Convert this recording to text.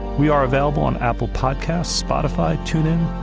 we are available on apple podcasts, spotify, tune in,